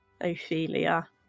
Ophelia